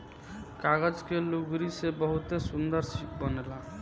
कागज के लुगरी से बहुते सुन्दर शिप बनेला